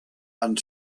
and